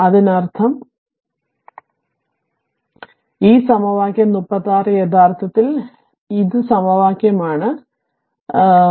അതിനർത്ഥം ഈ സമവാക്യം 36 യഥാർത്ഥത്തിൽ ഇത് സമവാക്യമാണ് ഇത് സമവാക്യമാണ് ഇത് സമവാക്യം 36 ആണ്